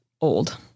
old